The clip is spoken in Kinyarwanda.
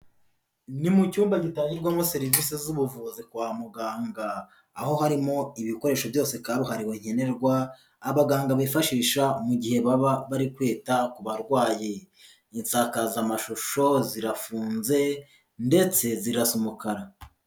Ni mu cyumba gitangirwamo serivisi z'ubuvuzi kwa muganga, aho harimo ibikoresho byose kabuhariwe nkenerwa, abaganga bifashisha mu gihe baba bari kwita ku barwayi, insakazamashusho zirafunze ndetse zirasa umukara.